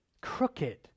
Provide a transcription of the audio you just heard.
crooked